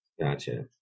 Gotcha